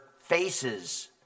faces